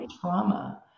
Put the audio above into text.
trauma